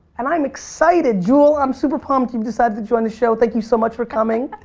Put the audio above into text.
um i'm excited, jewel. i'm super pumped you've decided to join the show. thank you so much for coming.